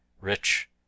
Rich